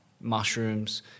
mushrooms